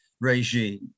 regime